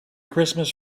christmas